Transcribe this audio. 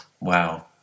wow